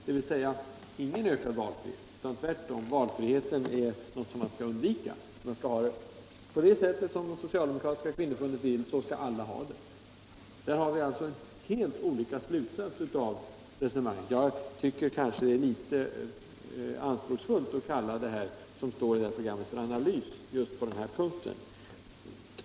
Dvs. ingen ökad valfrihet, utan tvärtom — valfriheten är någonting man skall undvika. Som det socialdemokratiska kvinnoförbundet vill ha det, så skall alla ha det. Vi drar alltså helt olika slutsatser av resonemanget. — Jag tycker kanske att det är litet anspråksfullt att kalla det som står i programmet på just den här punkten för analys.